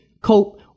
Cope